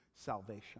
salvation